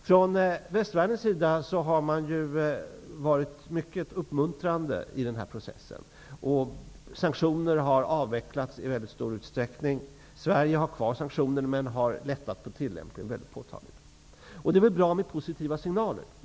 Från västvärldens sida har man varit mycket uppmuntrande i den här processen. Sanktioner har i mycket stor utsträckning avvecklats. Sverige har kvar sanktionerna men har lättat påtagligt på tillämpningen. Och det är väl bra med positiva signaler.